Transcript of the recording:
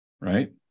right